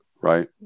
right